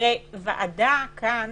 ועדה כאן